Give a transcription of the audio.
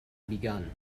begun